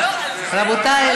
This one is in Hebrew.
רבותי,